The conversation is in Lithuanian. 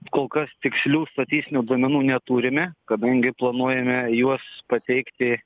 kol kas tikslių statistinių duomenų neturime kadangi planuojame juos pateikti